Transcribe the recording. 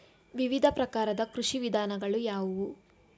ವಿವಿಧ ಪ್ರಕಾರದ ಕೃಷಿ ವಿಧಾನಗಳು ಯಾವುವು?